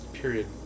Period